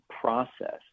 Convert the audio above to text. process